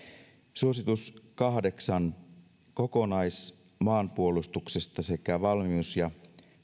suositus kahdeksan kokonaismaanpuolustuksesta sekä valmius ja